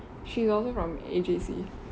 she also from A_J_C